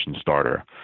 starter